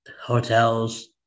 hotels